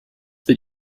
that